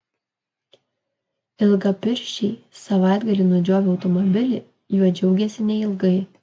ilgapirščiai savaitgalį nudžiovę automobilį juo džiaugėsi neilgai